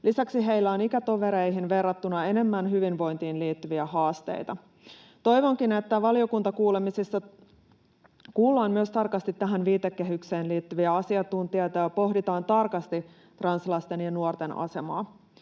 Lisäksi heillä on ikätovereihin verrattuna enemmän hyvinvointiin liittyviä haasteita. Toivonkin, että valiokuntakuulemisissa kuullaan tarkasti myös tähän viitekehykseen liittyviä asiantuntijoita ja pohditaan tarkasti translasten ja ‑nuorten asemaa.